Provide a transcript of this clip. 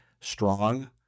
strong